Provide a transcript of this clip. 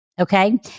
Okay